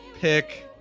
pick